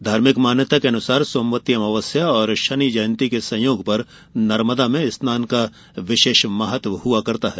धार्मिक मान्यता के अनुसार सोमवती अमावस्या और शनि जयंती के संयोग पर नर्मदा में स्नान का विशेष महत्व होता है